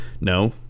no